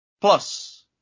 Plus